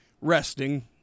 resting